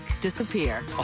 disappear